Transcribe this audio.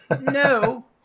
No